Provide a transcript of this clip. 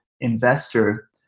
investor